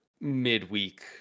midweek